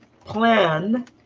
plan